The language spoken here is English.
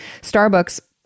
Starbucks